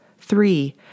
three